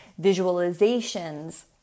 visualizations